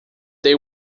they